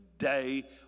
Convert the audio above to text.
day